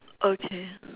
okay